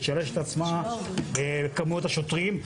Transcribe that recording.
תשלש את עצמה בכמויות השוטרים,